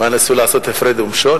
מה, ניסו לעשות "הפרד ומשול"?